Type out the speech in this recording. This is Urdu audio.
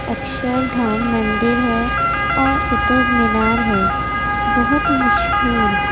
اکشر دھام مندر ہے اور قطب مینار ہے بہت مشہور